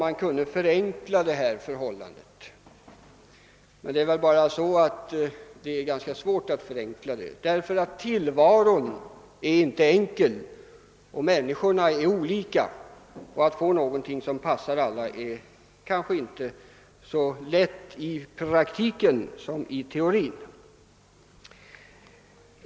Men det är ganska svårt att förenkla det; tillvaron är inte enkel, människorna är olika, och att åstadkomma någonting som passar alla är kanske inte så lätt i praktiken som i teorin.